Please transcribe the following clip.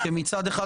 מצד אחד,